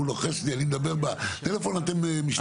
הוא לוחש לי, אני מדבר בטלפון אתם משתלטים.